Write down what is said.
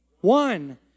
one